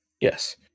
yes